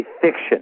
fiction